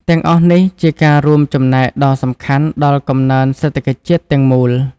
ទាំងអស់នេះជាការរួមចំណែកដ៏សំខាន់ដល់កំណើនសេដ្ឋកិច្ចជាតិទាំងមូល។